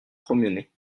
promener